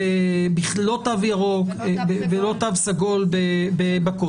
לא תו ירוק ולא תו סגול בכותל,